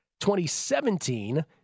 2017